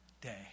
day